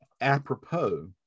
apropos